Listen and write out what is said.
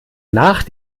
nach